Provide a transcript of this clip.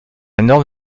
norme